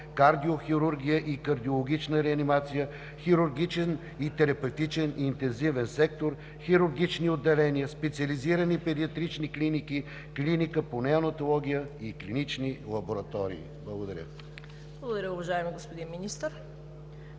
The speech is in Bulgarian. кардиохирургия и кардиологична реанимация, хирургичен и терапевтичен интензивен сектор, хирургични отделения, специализирани педиатрични клиники, клиника по неонатология и клинични лаборатории. Благодаря Ви.